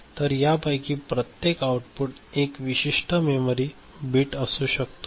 तर यापैकी प्रत्येक आउटपुट एक विशिष्ट मेमरी बिट असू शकतो